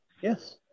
Yes